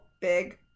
big